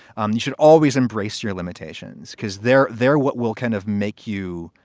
um you should always embrace your limitations because they're they're what will kind of make you,